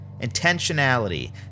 Intentionality